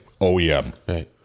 OEM